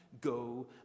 Go